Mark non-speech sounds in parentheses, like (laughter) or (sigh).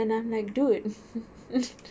and I'm like dude (laughs)